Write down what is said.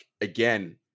again